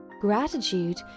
Gratitude